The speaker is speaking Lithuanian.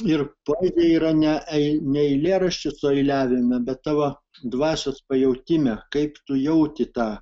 ir poezija yra ne ei ne eilėraščio sueiliavime bet tavo dvasios pajautime kaip tu jauti tą